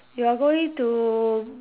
you are going to